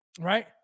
Right